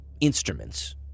instruments